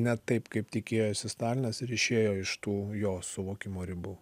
ne taip kaip tikėjosi stalinas ir išėjo iš tų jo suvokimo ribų